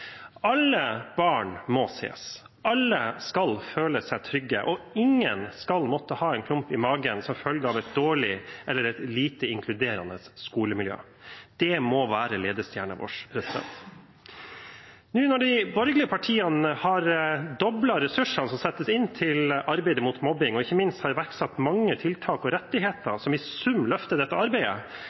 Alle barn må ses. Alle skal føle seg trygge, og ingen skal måtte ha en klump i magen som følge av et dårlig eller lite inkluderende skolemiljø. Det må være ledestjernen vår. Nå når de borgerlige partiene har doblet ressursene som settes inn i arbeidet mot mobbing, og ikke minst har iverksatt mange tiltak og rettigheter som i sum løfter dette arbeidet,